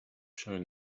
shown